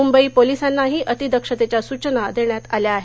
मुंबई पोलिसांनाही अतिदक्षतेच्या सूचना देण्यात आल्या आहेत